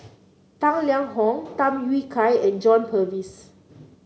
Tang Liang Hong Tham Yui Kai and John Purvis